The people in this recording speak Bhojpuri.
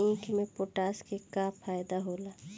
ईख मे पोटास के का फायदा होला?